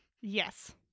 Yes